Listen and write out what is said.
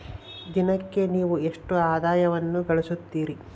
ದಿನಕ್ಕೆ ನೇವು ಎಷ್ಟು ಆದಾಯವನ್ನು ಗಳಿಸುತ್ತೇರಿ?